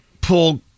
pull